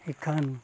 ᱮᱠᱷᱟᱱ